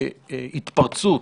בהתפרצות,